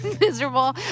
miserable